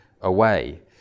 away